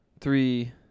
three